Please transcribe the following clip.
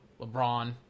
LeBron